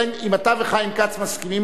אלא אם אתה וחיים כץ מסכימים,